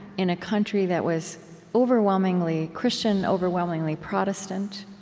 in a country that was overwhelmingly christian, overwhelmingly protestant,